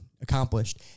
accomplished